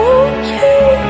okay